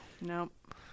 Nope